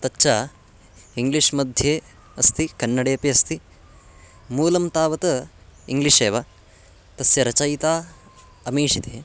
तच्च इङ्ग्लिश् मध्ये अस्ति कन्नडेपि अस्ति मूलं तावत् इङ्ग्लिश् एव तस्य रचयिता अमीशिति